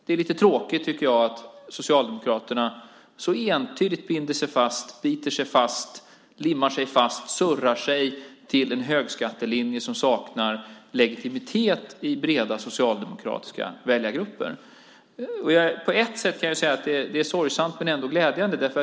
Det är lite tråkigt att Socialdemokraterna så entydigt binder sig fast, biter sig fast, limmar sig fast och surrar sig till en högskattelinje som saknar legitimitet i breda socialdemokratiska väljargrupper. Det är sorgesamt men på ett sätt ändå glädjande.